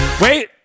Wait